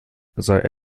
sei